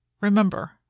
Remember